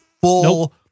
full